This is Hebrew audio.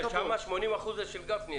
שם 80% זה של גפני,